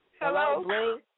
Hello